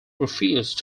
refused